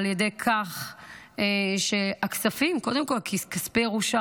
על יד כך שהכספים, קודם כול, כספי ירושה.